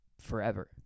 forever